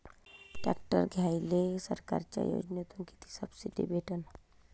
Tractor घ्यायले सरकारच्या योजनेतून किती सबसिडी भेटन?